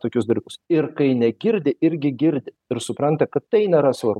tokius dalykus ir kai negirdi irgi girdi ir supranta kad tai nėra svar